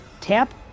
Tap